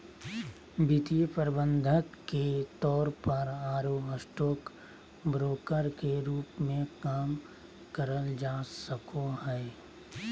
वित्तीय प्रबंधक के तौर पर आरो स्टॉक ब्रोकर के रूप मे काम करल जा सको हई